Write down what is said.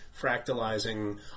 fractalizing